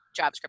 JavaScript